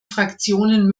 fraktionen